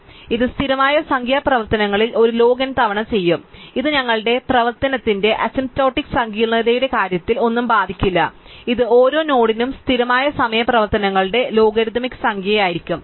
അതിനാൽ ഇത് സ്ഥിരമായ സംഖ്യാ പ്രവർത്തനങ്ങളിൽ ഒരു ലോഗ് n തവണ ചെയ്യും അതിനാൽ ഇത് ഞങ്ങളുടെ പ്രവർത്തനത്തിന്റെ അസിംപ്റ്റോട്ടിക് സങ്കീർണ്ണതയുടെ കാര്യത്തിൽ ഒന്നും ബാധിക്കില്ല ഇത് ഓരോ നോഡിനും സ്ഥിരമായ സമയ പ്രവർത്തനങ്ങളുടെ ലോഗരിഥമിക് സംഖ്യയായിരിക്കും